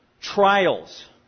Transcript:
trials